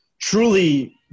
truly